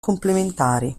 complementari